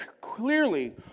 Clearly